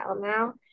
now